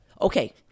okay